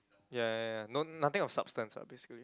ya ya ya no nothing of substance lah basically